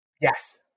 Yes